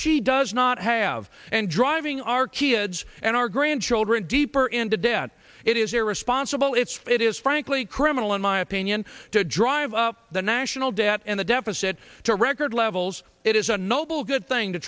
she does not have and driving our kids and our grandchildren deeper into debt it is irresponsible it's it is frankly criminal in my opinion to drive up the national debt and the deficit to record levels it is a noble good thing to